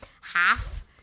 half-